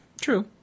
True